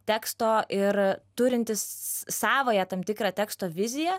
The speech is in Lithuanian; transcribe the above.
teksto ir turintis savąją tam tikrą teksto viziją